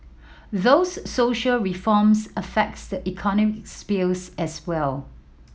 those social reforms affects the economic spheres as well